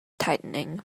tightening